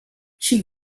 she